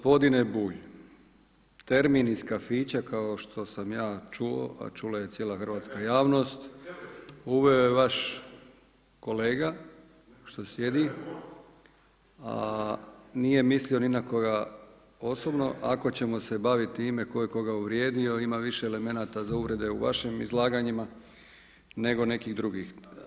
Gospodine Bulj, termin iz kafića kao što sam ja čuo, a čula je cijela hrvatska javnost uveo je vaš kolega što sjedi, a nije mislio ni na koga osobno ako ćemo se baviti time tko je koga uvrijedio, ima više elemenata za uvrede u vašim izlaganjima, nego nekih drugih.